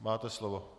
Máte slovo.